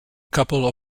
couple